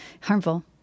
harmful